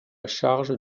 charge